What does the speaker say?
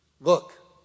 look